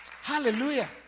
Hallelujah